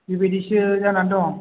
बेबादिसो जानानै दं